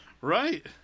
Right